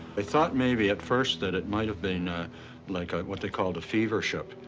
they thought maybe at first that it might have been ah like ah what they called a fever ship.